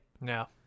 No